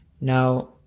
Now